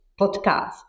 podcast